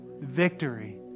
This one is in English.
victory